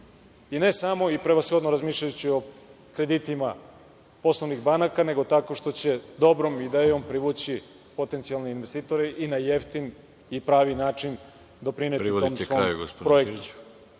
I ne samo i prevashodno razmišljajući o kreditima poslovnih banaka, nego tako što će dobrom idejom privući potencijalne investitore i na jeftin i pravi način doprineti tom svom projektu.